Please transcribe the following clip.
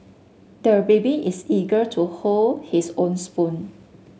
the baby is eager to hold his own spoon